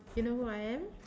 you know who I am